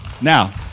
Now